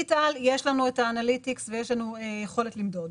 בדיגיטל יש לנו אנליטיקס, ויש לנו יכולת למדוד.